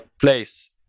place